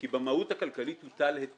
כי במהות הכלכלית הוטל היטל.